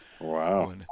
Wow